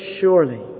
surely